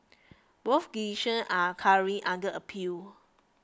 both decision are currently under appeal